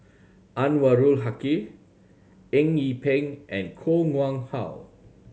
Anwarul Haque Eng Yee Peng and Koh Nguang How